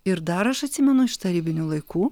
ir dar aš atsimenu iš tarybinių laikų